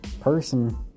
person